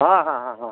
ହଁ ହଁ ହଁ ହଁ